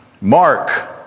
Mark